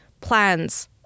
plans